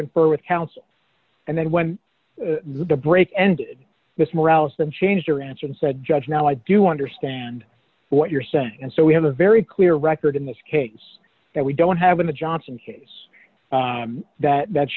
confer with counsel and then when the break ended this morales them changed her answer and said judge now i do understand what you're saying and so we have a very clear record in this case that we don't have in the johnson case that that